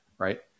right